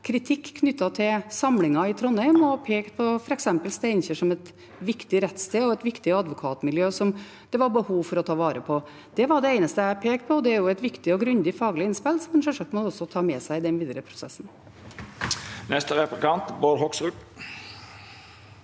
kritikk knyttet til samlingen i Trondheim og pekte på f.eks. Steinkjer som et viktig rettssted og et viktig advokatmiljø som det var behov for å ta vare på. Det var det eneste jeg pekte på, og det er jo et viktig og grundig faglig innspill som en sjølsagt må ta med seg i den videre prosessen. Bård Hoksrud